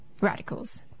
radicals